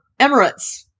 Emirates